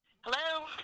Hello